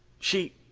she.